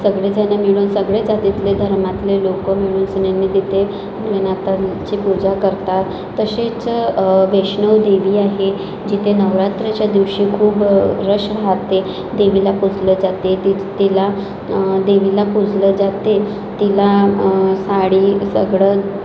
सगळेजणं मिळून सगळे जातीतले धर्मातले लोकं मिसळून तिथे भोलेनाथांची पूजा करतात तशीच वैष्णो देवी आहे जिथे नवरात्राच्या दिवशी खूप रश रहाते देवीला पुजलं जाते तिज तिला देवीला पुजलं जाते तिला साडी सगळं